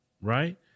right